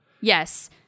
Yes